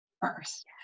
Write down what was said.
first